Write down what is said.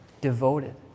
devoted